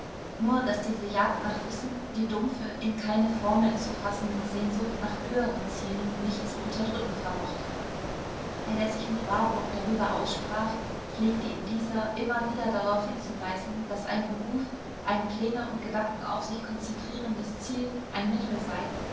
nur daß diese jagd nach wissen die dumpfe in keine formeln zu fassende sehnsucht nach höheren zielen nicht zu unterdrücken vermochte wenn er sich mit warburg darüber aussprach pflegte ihn dieser immer wieder darauf hinzuweisen daß ein beruf ein pläne und gedanken auf sich konzentrierendes ziel ein mittel sei